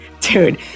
Dude